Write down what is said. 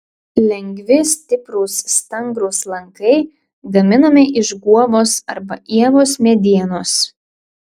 lengvi stiprūs stangrūs lankai gaminami iš guobos arba ievos medienos